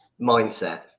mindset